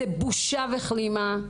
זאת בושה וכלימה.